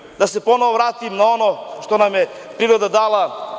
Hteo bih da se ponovo vratim na ono što nam je priroda dala.